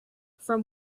from